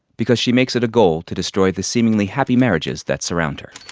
because she makes it a goal to destroy the seemingly happy marriages that surround her